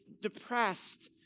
depressed